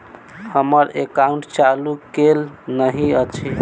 हम्मर एकाउंट चालू केल नहि अछि?